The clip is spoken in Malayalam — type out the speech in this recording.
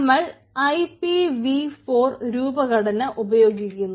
നമ്മൾ IPv4 രൂപഘടന ഉപയോഗിക്കുന്നു